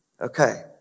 Okay